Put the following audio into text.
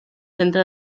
centre